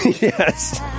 Yes